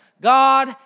God